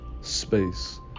space